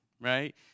right